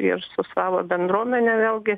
ir su savo bendruomene vėlgi